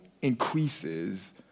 increases